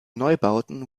neubauten